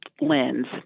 lens